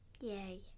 Yay